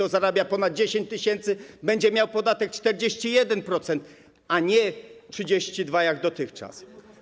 Kto zarabia ponad 10 tys. zł, będzie miał podatek 41%, a nie 32%, jak dotychczas.